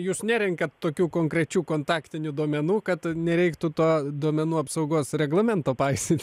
jūs nerenkat tokių konkrečių kontaktinių duomenų kad nereiktų to duomenų apsaugos reglamento paisyti